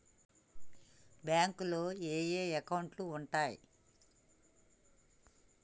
బ్యాంకులో ఏయే అకౌంట్లు ఉంటయ్?